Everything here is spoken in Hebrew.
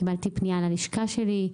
קיבלתי פניה ללשכה שלי,